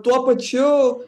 tuo pačiu